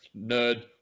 nerd